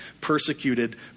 persecuted